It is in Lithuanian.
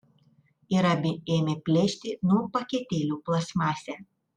ir abi ėmė plėšti nuo paketėlių plastmasę